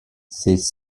ces